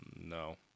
No